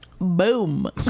Boom